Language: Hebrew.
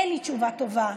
אין לי תשובה טובה.